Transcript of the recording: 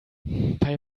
bei